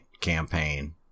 campaign